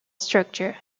structure